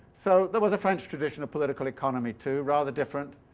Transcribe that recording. so there was a french tradition of political economy, too, rather different.